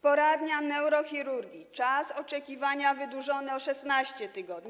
Poradnia neurochirurgii - czas oczekiwania wydłużony o 16 tygodni.